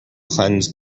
cleanse